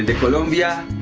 colombia.